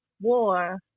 war